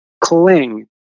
cling